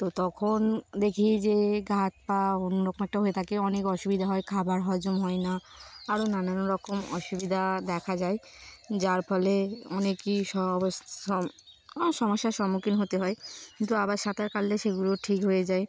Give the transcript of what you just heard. তো তখন দেখি যে ঘাাত পা অন্যরকম একটা হয়ে থাকে অনেক অসুবিধা হয় খাবার হজম হয় না আরও নানান রকম অসুবিধা দেখা যায় যার ফলে অনেকই সব সমস্যার সম্মুখীন হতে হয় কিন্তু আবার সাঁতার কাাললে সেগুলো ঠিক হয়ে যায়